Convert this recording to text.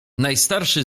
najstarszy